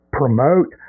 promote